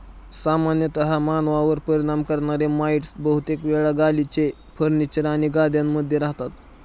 सामान्यतः मानवांवर परिणाम करणारे माइटस बहुतेक वेळा गालिचे, फर्निचर आणि गाद्यांमध्ये रहातात